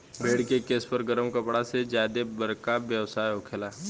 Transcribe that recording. भेड़ के केश पर गरम कपड़ा के ज्यादे बरका व्यवसाय होखेला